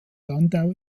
landau